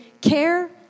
care